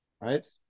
Right